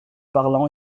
parlant